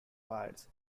wires